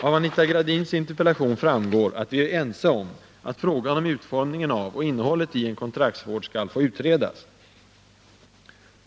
Av Anita Gradins interpellation framgår att vi är ense om att frågan om utformningen av och innehållet i en kontraktsvård skall få utredas.